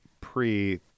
pre